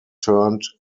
turned